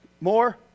More